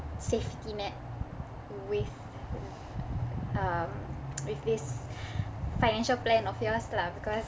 safety net with um with this financial plan of yours lah because